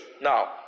now